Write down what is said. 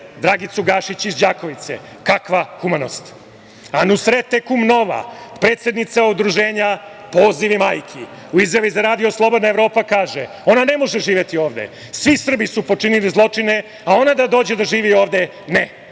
Dragicu Gašić iz Đakovice. Kakva humanost. Nusrete Kumnova, predsednica Udruženja „Pozivi majki“ u izjavi za radio Slobodna Evropa kaže – ona ne može živeti ovde, svi Srbi su počinili zločine, a ona da dođe da živi ovde, ne.